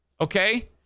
okay